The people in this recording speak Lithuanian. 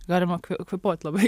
galima kvėpuot labai